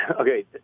okay